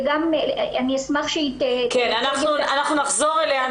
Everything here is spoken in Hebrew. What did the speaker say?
וגם אני אשמח- -- אנחנו נחזור אליה,